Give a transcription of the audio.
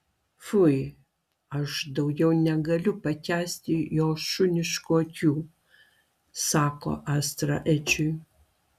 fui aš daugiau negaliu pakęsti jo šuniškų akių sako astra edžiui